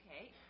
Okay